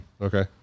Okay